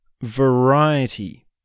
variety